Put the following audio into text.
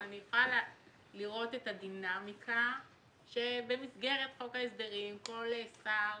אבל אני יכולה לראות את הדינמיקה שבמסגרת חוק ההסדרים כל שר